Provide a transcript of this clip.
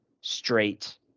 straight